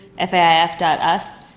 FAIF.us